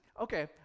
okay